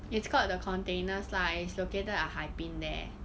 it's called the containers lah it's located at hai bin there